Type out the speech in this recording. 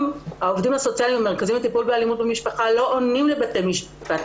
העובדים הסוציאליים במרכזים לטיפול באלימות במשפחה לא עונים לבתי משפט,